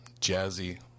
jazzy